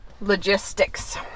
logistics